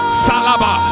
salaba